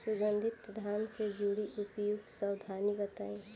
सुगंधित धान से जुड़ी उपयुक्त सावधानी बताई?